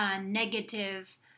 negative